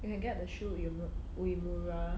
you can get the Shu Uemura